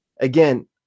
again